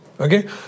okay